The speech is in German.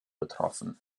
betroffen